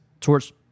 Torch